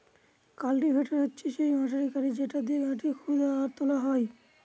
cultivator হচ্ছে সেই motor গাড়ি যেটা দিয়েক মাটি খুদা আর তোলা হয়